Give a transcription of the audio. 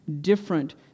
different